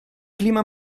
clima